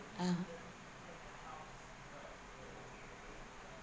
ah